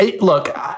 look